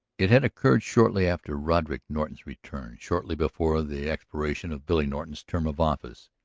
it had occurred shortly after roderick norton's return, shortly before the expiration of billy norton's term of office.